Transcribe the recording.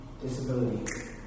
disability